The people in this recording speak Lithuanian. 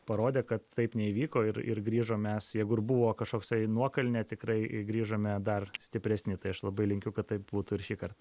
parodė kad taip neįvyko ir ir grįžom mes jeigu ir buvo kažkoksai nuokalnė tikrai grįžome dar stipresni tai aš labai linkiu kad taip būtų ir šįkart